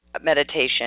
meditation